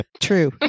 True